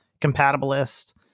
compatibilist